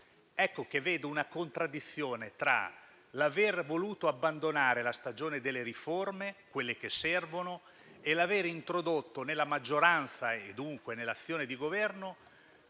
Ecco che vedo una contraddizione tra l'aver voluto abbandonare la stagione delle riforme, quelle che servono, e l'aver introdotto nella maggioranza e dunque nell'azione di Governo